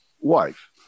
wife